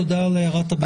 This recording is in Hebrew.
תודה על הערת הביניים.